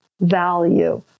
value